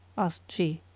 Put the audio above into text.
asked she.